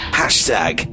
hashtag